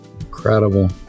incredible